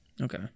Okay